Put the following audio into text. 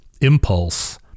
impulse